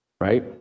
Right